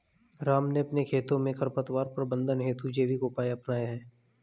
राम ने अपने खेतों में खरपतवार प्रबंधन हेतु जैविक उपाय अपनाया है